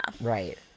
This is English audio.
Right